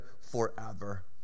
forever